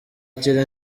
kintu